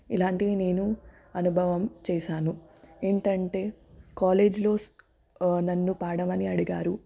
ఇలాంటివి నేను అనుభవం చేశాను ఏంటంటే కాలేజ్లో నన్ను పాడమని అడిగారు